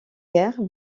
guerre